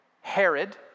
Herod